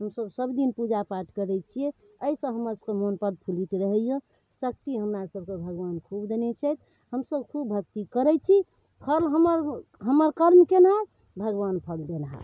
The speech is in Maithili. हमसब सबदिन पूजापाठ करै छियै एहि सऽ हमर सबके मन प्रफुल्लित रहैया शक्ति हमरा सबके भगबान खूब देने छथि हमसब खूब भक्ति करय छी फल हमर हमर कर्म केनहार भगबान फल देनहार